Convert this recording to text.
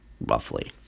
roughly